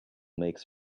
makes